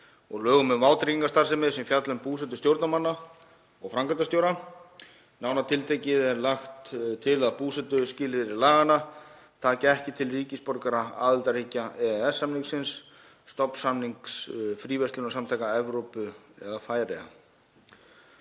og laga um vátryggingastarfsemi sem fjalla um búsetu stjórnarmanna og framkvæmdastjóra. Nánar tiltekið er lagt til að búsetuskilyrði laganna taki ekki til ríkisborgara aðildarríkja EES-samningsins, stofnsamnings Fríverslunarsamtaka Evrópu eða Færeyja.